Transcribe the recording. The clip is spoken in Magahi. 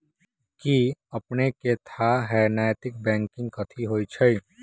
कि अपनेकेँ थाह हय नैतिक बैंकिंग कथि होइ छइ?